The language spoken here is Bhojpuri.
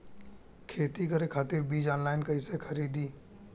खेती करे खातिर बीज ऑनलाइन कइसे खरीदी?